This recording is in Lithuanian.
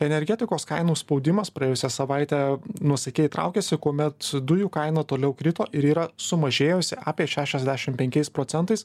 energetikos kainų spaudimas praėjusią savaitę nuosaikiai traukėsi kuomet dujų kaina toliau krito ir yra sumažėjusi apie šešiasdešim penkiais procentais